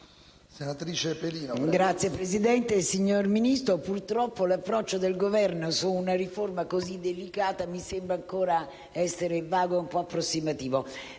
*(FI-PdL XVII)*. Signor Ministro, purtroppo l'approccio del Governo su una riforma così delicata mi sembra ancora essere vago e un po' approssimativo.